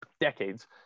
decades